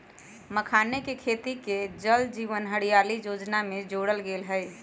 मखानके खेती के जल जीवन हरियाली जोजना में जोरल गेल हई